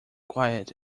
quiet